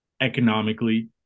economically